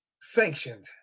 sanctioned